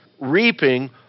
reaping